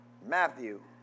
Matthew